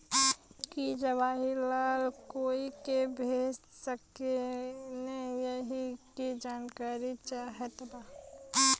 की जवाहिर लाल कोई के भेज सकने यही की जानकारी चाहते बा?